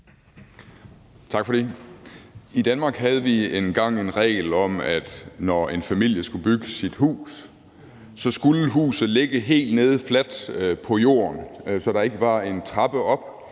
I Danmark havde vi engang en regel om, at når en familie skulle bygge sit hus, skulle huset ligge helt nede fladt på jorden, så der ikke var en trappe op;